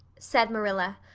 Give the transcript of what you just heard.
said marilla,